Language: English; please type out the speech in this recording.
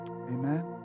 Amen